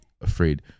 afraid